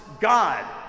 God